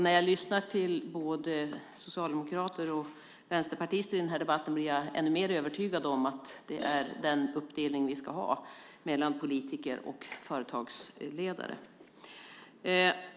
När jag lyssnar till både socialdemokrater och vänsterpartister i den här debatten blir jag ännu mer övertygad om att det är den uppdelning som vi ska ha mellan politiker och företagsledare.